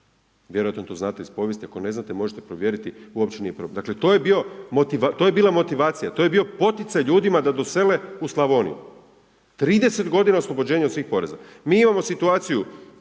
Vjerojatno to znate iz povijesti, ako ne znate, možete provjeriti, uopće nije problem. Dakle, to je bila motivacija, to je bio poticaj ljudima da dosele u Slavoniju. 30 godina oslobođenja od svih poreza. Mi imamo situaciju,